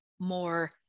more